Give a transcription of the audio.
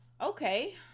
Okay